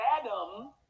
Adam